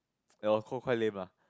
oh cold quite lame lah